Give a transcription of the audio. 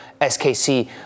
SKC